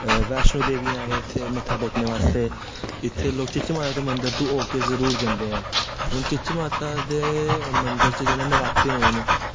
बैष्णो देवी आएं इत्थै मत्था टेकने आस्ते इत्थै लोग चीची माता दे मन्दर तो हो के जरूर जंदे ऐं हून चीची माता दे मन्दर च जियां नरात्ते होन